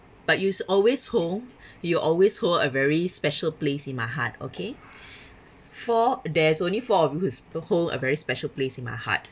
but you s~ always hold you always hold a very special place in my heart okay four there's only four of you who hold a very special place in my heart